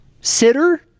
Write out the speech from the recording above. sitter